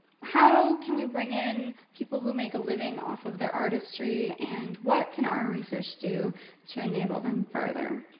how can we bring in people who make a living off of their artistry and what can our research do to enable them further?